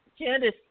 Candice